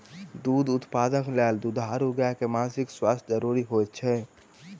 दूध उत्पादनक लेल दुधारू गाय के मानसिक स्वास्थ्य ज़रूरी होइत अछि